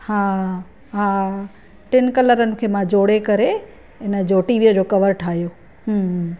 हा हा टिनि कलरनि खे मां जोड़े करे हिन जो टीवीअ जो कवर ठाहियो हूं